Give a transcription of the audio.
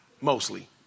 Mostly